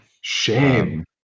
Shame